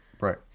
Right